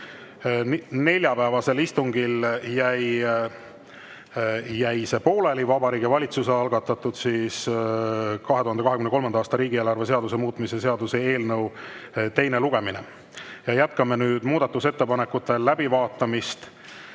neljapäevasel istungil jäi Vabariigi Valitsuse algatatud 2023. aasta riigieelarve seaduse muutmise seaduse eelnõu teine lugemine pooleli ja jätkame nüüd muudatusettepanekute läbivaatamist.